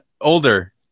older